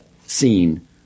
scene